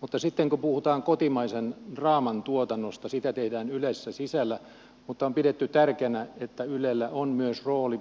mutta sitten kun puhutaan kotimaisen draaman tuotannosta sitä tehdään ylessä sisällä mutta on pidetty tärkeänä että ylellä on myös rooli